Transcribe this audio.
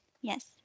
yes